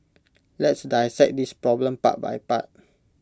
let's dissect this problem part by part